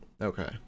Okay